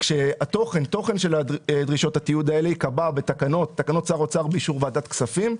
התוכן של דרישות התיעוד האלה ייקבעו בתקנות שר האוצר באישור ועדת כספים.